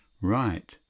Right